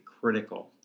critical